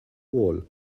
wall